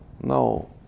no